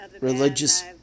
religious